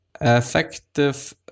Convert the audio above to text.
Effective